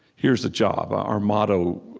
here's a job. our motto,